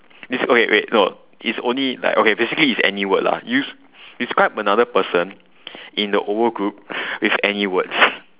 des~ okay wait no is only like okay basically it's any word lah yo~ describe another person in the O O group with any words